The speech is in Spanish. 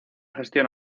gestión